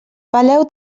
peleu